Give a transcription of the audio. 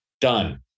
done